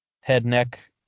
head-neck